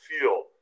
feel